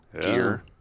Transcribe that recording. gear